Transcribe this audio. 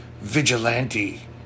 Vigilante